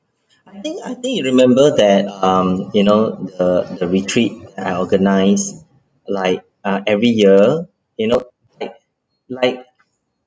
I think I think you remember that um you know the the retreat I organise like uh every year you know like like